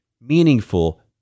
meaningful